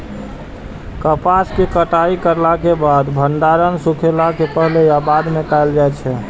कपास के कटाई करला के बाद भंडारण सुखेला के पहले या बाद में कायल जाय छै?